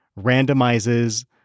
randomizes